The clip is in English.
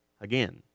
Again